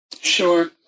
Sure